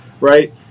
right